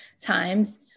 times